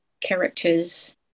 characters